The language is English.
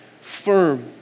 firm